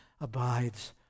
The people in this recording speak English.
abides